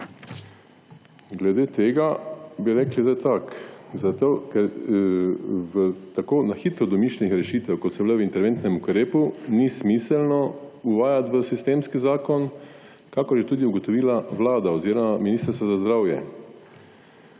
Glede tega bi rekli tako, v tako na hitro domišljenih rešitvah kot so bile v interventnem ukrepu ni smiselno uvajati v sistemski zakona, kakor je tudi ugotovila vlada oziroma Ministrstvo za zdravje.